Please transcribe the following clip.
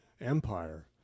empire